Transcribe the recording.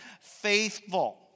faithful